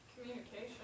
communication